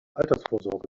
altersvorsorge